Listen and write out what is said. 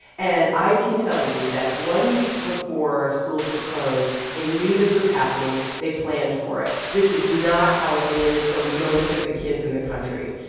and i can tell you that one week before schools were closed, they knew this was happening. they planned for it. this is not how it is for most of the kids in the country.